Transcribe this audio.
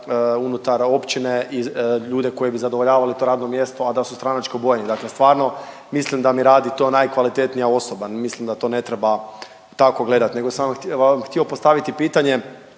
unutar općine i ljude koji bi zadovoljavali to radno mjesto, a da su stranačko obojani. Dakle, stvarno mislim da mi radi to najkvalitetnija osoba, mislim da to ne treba tako gledat. Nego sam vam htio postaviti pitanje,